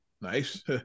nice